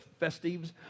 festives